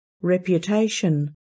reputation